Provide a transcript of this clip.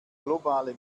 globale